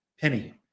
Penny